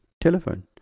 telephone